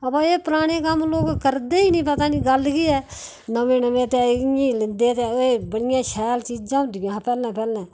पर जेहडे़ पराने कम्म ओह लोग करदे नेईं पता नेईं गल्ल केह् है नमें नमें इयां गै लेदे ते बडियां शैल चीजां होदियां हियां पैहलें पैहलें